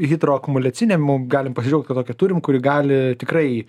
hidroakumuliacinė mum galim pasidžiaugt kad tokią turim kuri gali tikrai